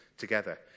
together